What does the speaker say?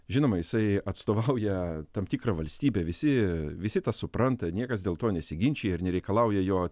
žinoma jisai atstovauja tam tikrą valstybę visi visi tą supranta niekas dėl to nesiginčija ir nereikalauja jo